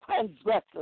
transgressors